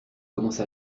commence